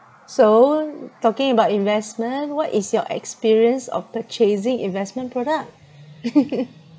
so talking about investment what is your experience of purchasing investment product